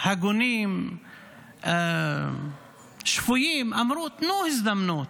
הגונים, שפויים, אמרו, תנו הזדמנות,